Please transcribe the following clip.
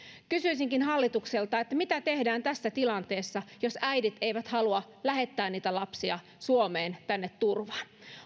kysyisinkin hallitukselta mitä tehdään tässä tilanteessa jos äidit eivät halua lähettää niitä lapsia tänne suomeen turvaan